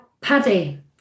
Paddy